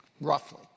roughly